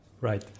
Right